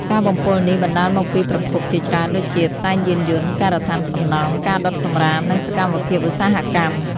ការបំពុលនេះបណ្ដាលមកពីប្រភពជាច្រើនដូចជា ផ្សែងយានយន្ត ការដ្ឋានសំណង់ ការដុតសំរាម និងសកម្មភាពឧស្សាហកម្ម។